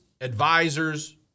advisors